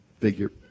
figure